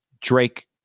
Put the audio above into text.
Drake